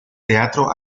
teatro